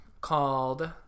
called